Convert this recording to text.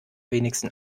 wenigsten